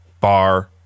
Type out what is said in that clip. bar